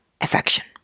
affection